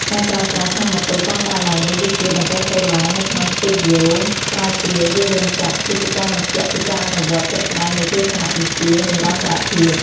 ការប្រើប្រាស់ថាមពលកកើតឡើងវិញដូចជា បន្ទះសូឡា នៅក្នុងស្ទូឌីយ៉ូស្រាវជ្រាវ ឬរោងចក្រ គឺជាការបញ្ជាក់ពីការអនុវត្តជាក់ស្ដែងនៃទស្សនវិជ្ជានិរន្តរភាព។